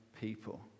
people